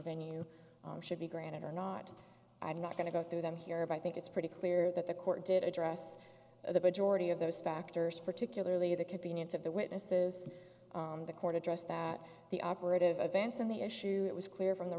venue should be granted or not i'm not going to go through them here about i think it's pretty clear that the court did address the majority of those factors particularly the convenience of the witnesses the court addressed that the operative events and the issue it was clear from the